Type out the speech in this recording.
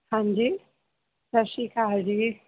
ਹਾਂਜੀ ਸਤਿ ਸ਼੍ਰੀ ਅਕਾਲ ਜੀ